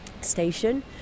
station